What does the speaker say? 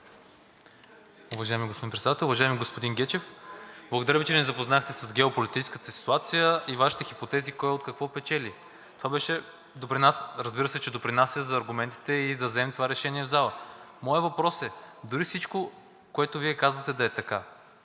Уважаеми господин Председател! Уважаеми господин Гечев, благодаря Ви, че ни запознахте с геополитическата ситуация и Вашите хипотези кой от какво печели. Това, разбира се, че допринася за аргументите и да вземем това решение в залата. Моят въпрос е: дори всичко, което Вие казахте да е така,